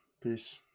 Peace